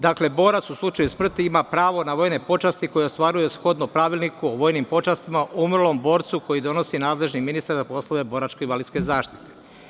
Dakle, borac u slučaju smrti ima pravo na vojne počasti koje ostvaruje shodno pravilniku vojnim počastima umrlom borcu koji donosi nadležni ministar za poslove boračko-invalidske zaštite.